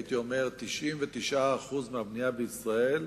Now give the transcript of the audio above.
הייתי אומר 99% מהבנייה בישראל,